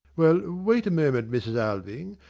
well, wait a moment, mrs. alving.